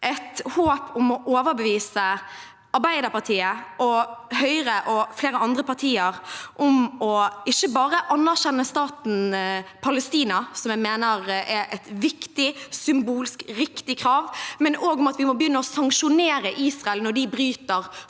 derimot et håp om å overbevise Arbeiderpartiet og Høyre og flere andre partier om at ikke bare må vi anerkjenne staten Palestina, som jeg mener er et viktig symbolsk og riktig krav, men vi må også begynne å sanksjonere Israel når de bryter folkeretten.